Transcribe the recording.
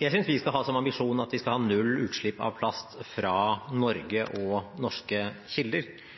Jeg synes vi skal ha som ambisjon at vi skal ha null utslipp av plast fra